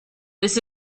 this